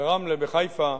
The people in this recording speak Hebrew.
ברמלה, בחיפה,